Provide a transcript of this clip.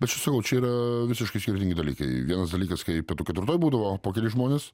bet čia sakau čia yra visiškai skirtingi dalykai vienas dalykas kai pietų ketvirtoj būdavo po kelis žmones